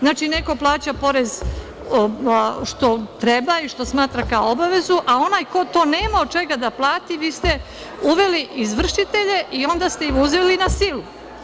Znači, neko plaća porez što treba i što smatra kao obavezu, a onaj ko to nema od čega da plati, vi ste uveli izvršitelje i onda ste im uzeli na silu.